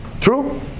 true